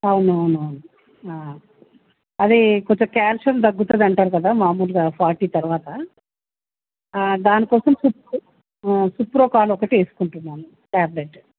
అవును అవును అవును అదే కొంత క్యాల్షియం తగ్గుతుంది అంటారు కదా మాములుగా ఫార్టీ తర్వాత దానికోసం సిప్రోకాల్ ఒకటి వేసుకుంటున్నాను ట్యాబ్లేట్